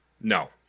No